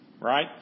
right